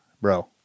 bro